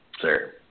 Sir